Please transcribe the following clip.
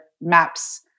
maps